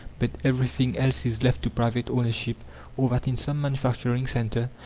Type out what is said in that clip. but everything else is left to private ownership or that, in some manufacturing centre,